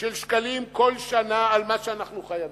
של שקלים כל שנה על מה שאנחנו חייבים.